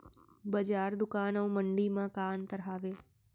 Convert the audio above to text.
बजार, दुकान अऊ मंडी मा का अंतर हावे?